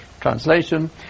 translation